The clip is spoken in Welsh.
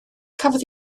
cafodd